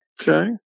okay